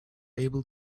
able